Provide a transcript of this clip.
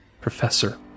professor